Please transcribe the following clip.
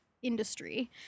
industry